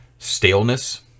Staleness